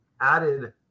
added